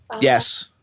Yes